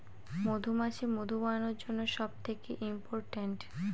মধুমাছি মধু বানানোর জন্য সব থেকে ইম্পোরট্যান্ট